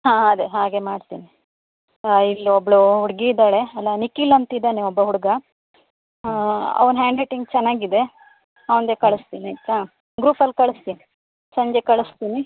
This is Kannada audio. ಹಾಂ ಹಾಂ ಅದೆ ಹಾಗೆ ಮಾಡ್ತೇನೆ ಇಲ್ಲಿ ಒಬ್ಬಳು ಹುಡುಗಿ ಇದ್ದಾಳೆ ಅಲ್ಲ ನಿಕಿಲ್ ಅಂತ ಇದ್ದಾನೆ ಒಬ್ಬ ಹುಡುಗ ಅವ್ನ ಹ್ಯಾಂಡ್ ರೈಟಿಂಗ್ ಚೆನ್ನಾಗಿದೆ ಅವನ್ದೆ ಕಳಿಸ್ತೀನಿ ಆಯ್ತಾ ಗ್ರೂಪಲ್ಲಿ ಕಳ್ಸ್ತಿನಿ ಸಂಜೆ ಕಳಿಸ್ತೀನಿ